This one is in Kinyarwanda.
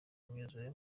imyuzure